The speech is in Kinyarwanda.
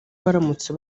baramutse